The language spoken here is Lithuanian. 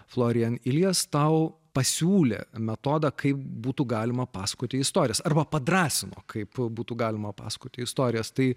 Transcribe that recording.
florian ilies tau pasiūlė metodą kaip būtų galima pasakoti istorijas arba padrąsino kaip būtų galima pasakoti istorijas tai